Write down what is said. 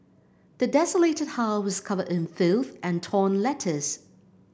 the desolated house was covered in filth and torn letters